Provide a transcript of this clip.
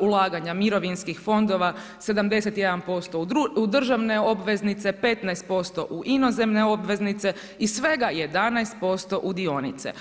ulaganja mirovinskih fondova 71% u državne obveznice, 15% u inozemne obveznice i svega 11% u dionice.